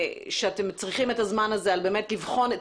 שאתם צריכים את הזמן הזה על מנת לבחון באמת